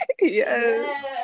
Yes